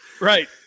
Right